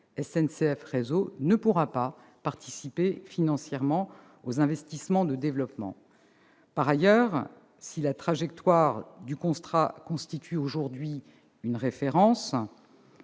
infrastructures, participer financièrement aux investissements de développement. Par ailleurs, si la trajectoire du contrat constitue aujourd'hui une référence,